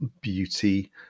beauty